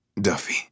Duffy